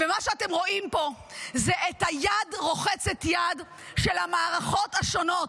ומה שאתם רואים פה זה את היד רוחצת יד של המערכות השונות.